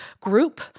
group